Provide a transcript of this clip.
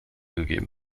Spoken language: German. gegeben